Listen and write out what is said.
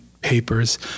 papers